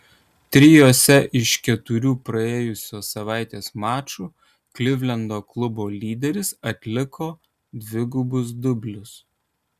trijuose iš keturių praėjusios savaitės mačų klivlendo klubo lyderis atliko dvigubus dublius